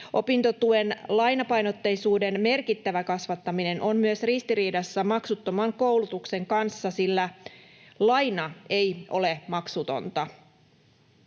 Opintotuen lainapainotteisuuden merkittävä kasvattaminen on myös ristiriidassa maksuttoman koulutuksen kanssa, sillä laina ei ole maksutonta.